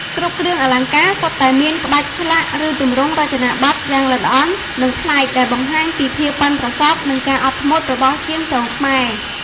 គ្រប់គ្រឿងអលង្ការសុទ្ធតែមានក្បាច់ឆ្លាក់ ឬទម្រង់រចនាបថយ៉ាងល្អិតល្អន់ និងប្លែក ដែលបង្ហាញពីភាពប៉ិនប្រសប់ និងការអត់ធ្មត់របស់ជាងទងខ្មែរ។